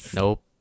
Nope